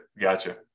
gotcha